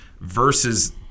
versus –